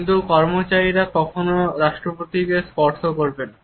কিন্তু কর্মচারীরা কখনও রাষ্ট্রপতিকে স্পর্শ করবে না